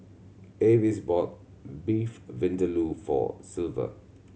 Avis bought Beef Vindaloo for Silver